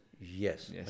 yes